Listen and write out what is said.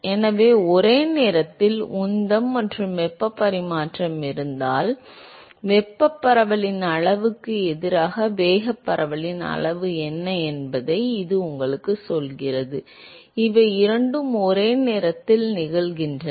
எனவே ஒரே நேரத்தில் உந்தம் மற்றும் வெப்பப் பரிமாற்றம் இருந்தால் வெப்பப் பரவலின் அளவிற்கு எதிராக வேகப் பரவலின் அளவு என்ன என்பதை இது உங்களுக்குச் சொல்கிறது இவை இரண்டும் ஒரே நேரத்தில் நிகழ்கின்றன